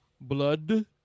blood